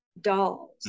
dolls